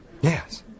Yes